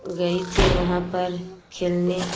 गई थी वहाँ पर खेलने